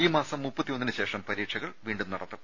ഈ മാസം ദ്വന് ശേഷം പരീക്ഷകൾ വീണ്ടും നടത്തും